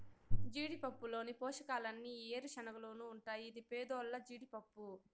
జీడిపప్పులోని పోషకాలన్నీ ఈ ఏరుశనగలోనూ ఉంటాయి ఇది పేదోల్ల జీడిపప్పు